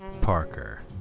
Parker